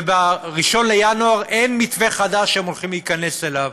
וב-1 בינואר אין מתווה חדש שהם הולכים להיכנס אליו.